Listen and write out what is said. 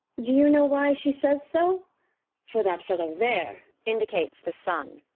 do you know why she says so? for that fellow there indicates the son.